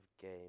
game